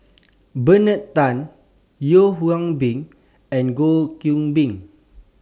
Bernard Tan Yeo Hwee Bin and Goh Qiu Bin